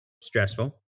stressful